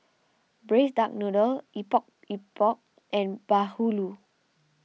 Braised Duck Noodle Epok Epok and Bahulu